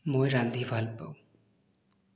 মই ৰান্ধি ভাল পাওঁ